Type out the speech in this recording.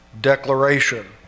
declaration